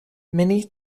many